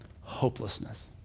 hopelessness